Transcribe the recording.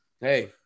Hey